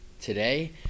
today